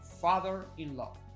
Father-in-law